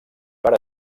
per